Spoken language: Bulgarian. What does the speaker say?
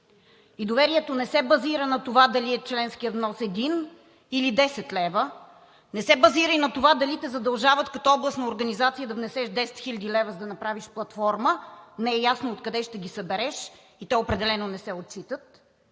Доверието не се базира на това дали членският внос е един или 10 лева; не се базира и на това дали те задължават като областна организация да внесеш 10 000 лв., за да направиш платформа – не е ясно откъде ще ги събереш и те определено не се отчитат,